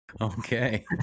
okay